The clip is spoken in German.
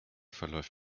verläuft